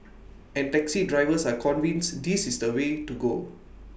and taxi drivers are convinced this is the way to go